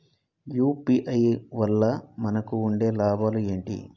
UPI వల్ల మనకు ఉండే లాభాలు ఏంటి?